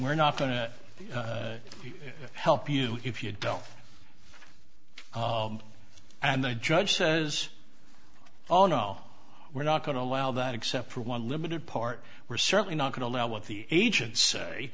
we're not going to help you if you don't and the judge says oh no we're not going to allow that except for one limited part we're certainly not going to let what the agents say